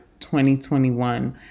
2021